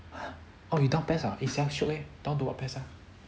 oh you down PES ah eh shiok eh down to what PES ah